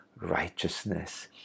righteousness